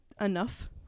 enough